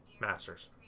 Masters